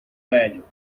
velho